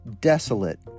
desolate